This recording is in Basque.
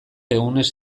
egunez